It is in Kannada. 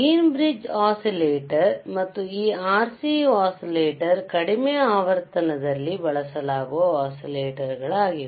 ವೀನ್ ಬ್ರಿಡ್ಜ್ ಒಸಿಲೇಟಾರ್ ಮತ್ತು ಈ RC ಒಸಿಲೇಟಾರ್ ಕಡಿಮೆ ಆವರ್ತನದಲ್ಲಿ ಬಳಸಲಾಗುವ ಒಸಿಲೇಟಾರ್ಗಳಾಗಿವೆ